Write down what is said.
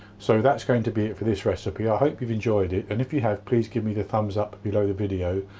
so that's going to be it for this recipe i hope you've enjoyed it and if you have please give me the thumbs up below the video,